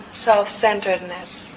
self-centeredness